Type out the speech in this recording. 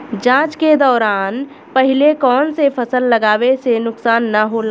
जाँच के दौरान पहिले कौन से फसल लगावे से नुकसान न होला?